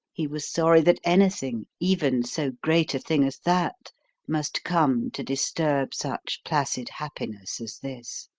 he was sorry that anything even so great a thing as that must come to disturb such placid happiness as this.